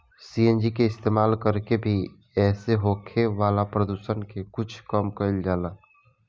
CNG के इस्तमाल कर के भी एसे होखे वाला प्रदुषण के कुछ कम कईल जाला